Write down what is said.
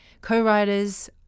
co-writers